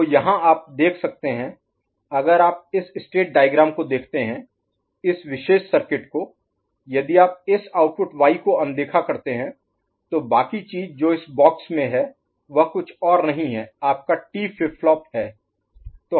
तो यहाँ आप देख सकते हैं अगर आप इस स्टेट डायग्राम को देखते हैं इस विशेष सर्किट को यदि आप इस आउटपुट Y को अनदेखा करते हैं तो बाकी चीज़ जो इस बॉक्स में है वह कुछ और नहीं आपका टी फ्लिप फ्लॉप है